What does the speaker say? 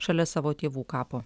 šalia savo tėvų kapo